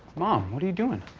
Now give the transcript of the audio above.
mom, what are you doing?